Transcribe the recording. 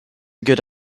good